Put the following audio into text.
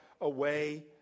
away